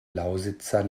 lausitzer